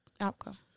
outcome